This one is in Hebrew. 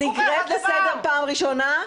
את נקראת לסדר פעם ראשונה,